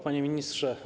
Panie Ministrze!